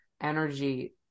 energy